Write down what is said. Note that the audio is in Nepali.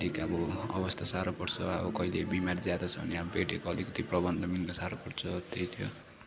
अलिक अब अवस्था साह्रो पर्छ अब कहिले बिमार ज्यादा छ भने बेडहरूको अलिकति प्रवन्ध मिल्न साह्रो पर्छ त्यही थियो